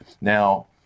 Now